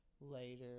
later